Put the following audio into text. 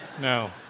No